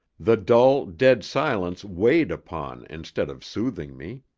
the dull, dead silence weighed upon instead of soothing me.